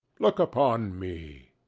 look upon me!